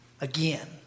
again